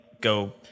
go